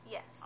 Yes